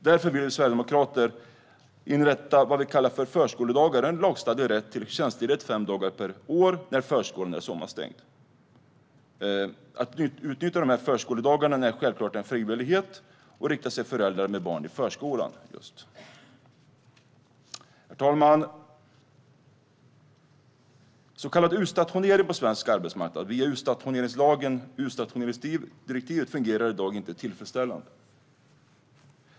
Därför vill Sverigedemokraterna inrätta vad vi kallar för förskoledagar, det vill säga en lagstadgad rätt till tjänstledighet fem dagar per år när förskolan är sommarstängd. Det ska naturligtvis vara frivilligt att utnyttja dessa förskoledagar. Detta riktar sig till föräldrar med barn i förskolan. Herr talman! Så kallad utstationering på svensk arbetsmarknad, i enlighet med utstationeringslagen och utstationeringsdirektivet, fungerar i dag inte tillfredsställande.